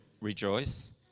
rejoice